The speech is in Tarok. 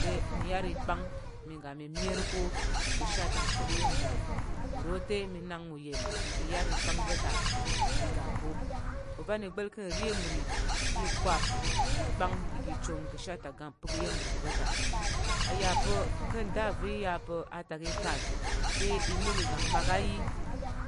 Te mi yar ipang ga mi miyer ko ka̱ tak mpək iya̱m nri nro te mi nak uyen ka̱ igi yar ikpang va̱ ta i ga ko. Ovan i gba̱l ka̱ nri iya̱m nri te i kwap ikpang igi chong ka̱she atak mpək iya̱m nri va̱ ta. A yà pa̱ ka̱ nda va̱ i ya pa̱ atak itan te inok iga mmak a yi